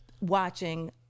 watching